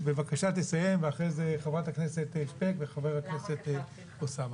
בבקשה תסיים ואחרי זה חברת הכנסת שפק וחבר הכנסת אוסאמה.